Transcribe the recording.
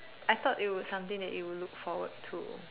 I thought it was something that you would look forward to